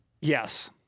Yes